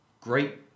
Great